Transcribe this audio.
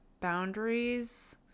Boundaries